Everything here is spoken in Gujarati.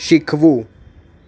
શીખવું